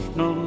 no